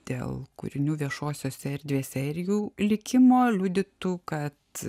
dėl kūrinių viešosiose erdvėse ir jų likimo liudytų kad